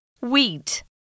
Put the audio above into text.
Wheat